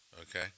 Okay